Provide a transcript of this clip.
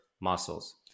muscles